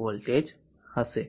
voltage હશે